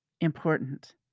important